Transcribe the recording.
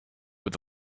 with